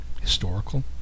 historical